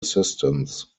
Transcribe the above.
assistance